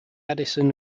addison